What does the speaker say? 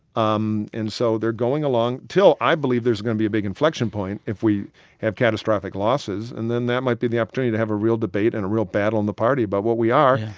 um so they're going along till, i believe, there's going to be a big inflection point if we have catastrophic losses. and then that might be the opportunity to have a real debate and a real battle in the party about what we are,